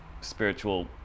spiritual